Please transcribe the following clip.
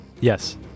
Yes